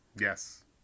Yes